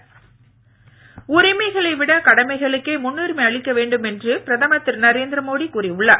மோடி உரிமைகளை விட கடமைகளுக்கே முன்னுரிமை அளிக்க வேண்டும் என பிரதமர் திரு நரேந்திர மோடி கூறி உள்ளார்